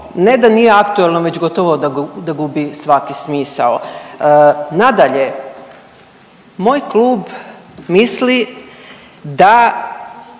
ne da nije aktuelno već gotovo da gubi svaki smisao. Nadalje, moj klub misli da